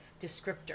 descriptor